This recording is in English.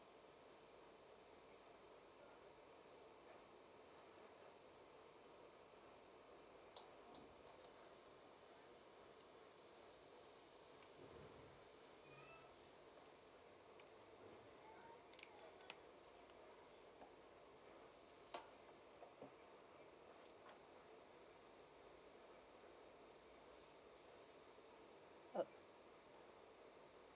uh